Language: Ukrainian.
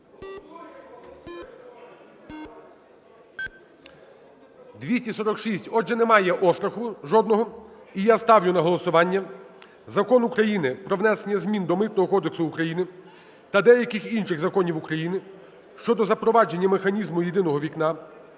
За-246 Отже, немає остраху жодного, і я ставлю на голосування Закон України "Про внесення змін до Митного кодексу України та деяких інших законів України щодо запровадження механізму "єдиного вікна"